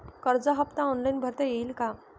कर्ज हफ्ता ऑनलाईन भरता येईल का?